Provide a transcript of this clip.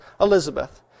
Elizabeth